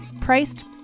priced